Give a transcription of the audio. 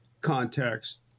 context